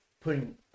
putting